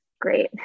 great